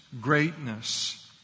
greatness